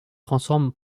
transforme